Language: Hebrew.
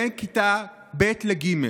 בין כיתה ב' לג',